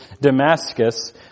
Damascus